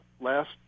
last